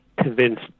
convinced